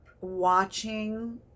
watching